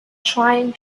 trying